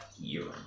urine